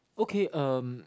okay um